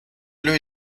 lui